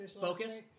Focus